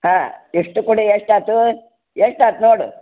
ಹಾಂ ಎಷ್ಟು ಕೂಡಿ ಎಷ್ಟು ಆಯ್ತು ಎಷ್ಟು ಆತು ನೋಡು